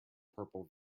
purple